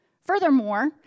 Furthermore